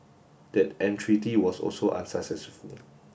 that entreaty was also unsuccessful